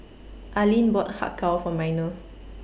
Alleen bought Har Kow For Minor